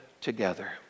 together